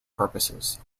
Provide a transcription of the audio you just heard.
purposes